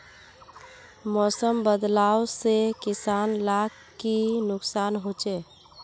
मौसम बदलाव से किसान लाक की नुकसान होचे?